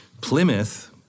Plymouth